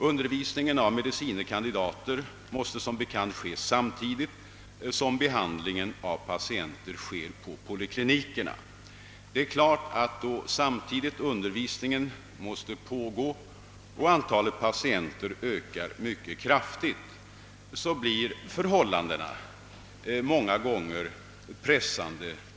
Undervisningen av medicine kandidater måste som bekant fortgå samtidigt som patienter behandlas på poliklinikerna. Då antalet patienter ökar blir naturligtvis förhållandena många gånger pressande.